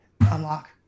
unlock